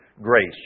grace